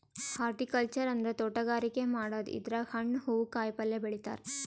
horticulture ಅಂದ್ರ ತೋಟಗಾರಿಕೆ ಮಾಡದು ಇದ್ರಾಗ್ ಹಣ್ಣ್ ಹೂವಾ ಕಾಯಿಪಲ್ಯ ಬೆಳಿತಾರ್